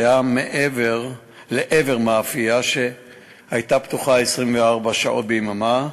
שהיה לעבר מאפייה שהייתה פתוחה 24 שעות ביממה,